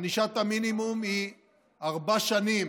ענישת המינימום היא ארבע שנים